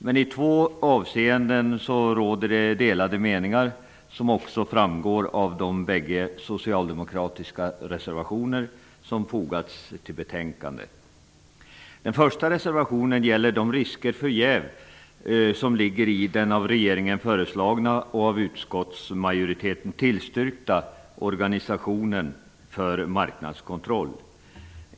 Men i två avseenden råder det delade meningar, som också framgår av de bägge socialdemokratiska reservationer som fogats till betänkandet. Den första reservationen gäller de risker för jäv som ligger i den av regeringen föreslagna och av utskottsmajoriteten tillstyrkta organisationen för marknadskontroll.